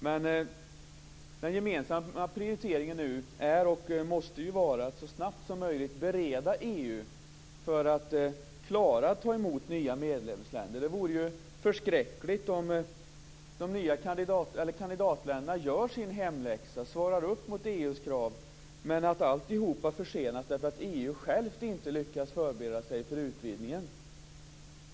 Men den gemensamma prioriteringen nu är och måste vara att så snabbt som möjligt förbereda EU för att klara att ta emot nya medlemsländer. Det vore ju förskräckligt om kandidatländerna gör sin hemläxa och uppfyller EU:s krav men alltihop försenas därför att EU självt inte lyckas förbereda sig för utvidgningen.